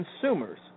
consumers